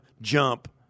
jump